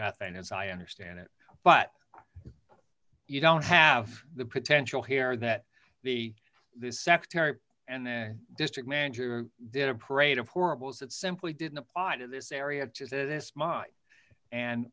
methane as i understand it but you don't have the potential here that the secretary and the district manager did a parade of horribles that simply didn't apply to this area